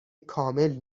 کامل